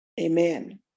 Amen